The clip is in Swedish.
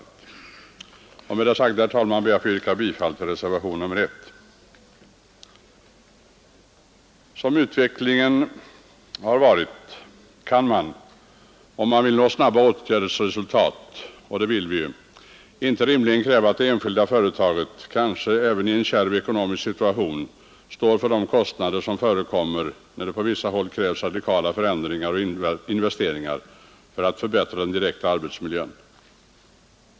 Med det sagda ber jag, herr talman, att få yrka bifall till reservationen Som utvecklingen har varit kan man, om man vill nå snabba åtgärdsresultat — och det vill vi ju —, inte rimligen begära att det enskilda företaget, kanske även i en kärv ekonomisk situation, skall stå för kostnaderna, när det på vissa håll krävs radikala förändringar och investeringar för att förbättra den direkta arbetsmiljön.